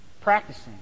Practicing